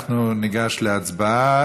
אנחנו ניגש להצבעה.